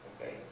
okay